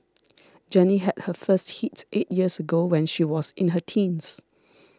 Jenny had her first hit eight years ago when she was in her teens